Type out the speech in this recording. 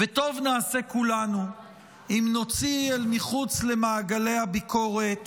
וטוב נעשה כולנו אם נוציא אל מחוץ למעגלי הביקורת